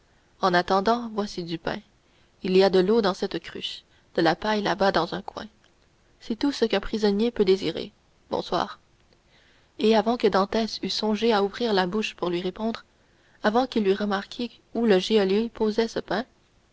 en attendant voici du pain il y a de l'eau dans cette cruche de la paille là-bas dans un coin c'est tout ce qu'un prisonnier peut désirer bonsoir et avant que dantès eût songé à ouvrir la bouche pour lui répondre avant qu'il eût remarqué où le geôlier posait ce pain